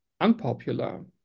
unpopular